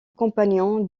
compagnon